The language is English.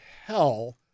hell